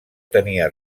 tenia